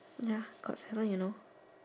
ya Got seven you know